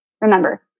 Remember